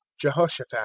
Jehoshaphat